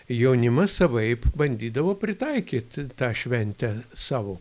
jaunimas savaip bandydavo pritaikyt tą šventę sau